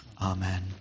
Amen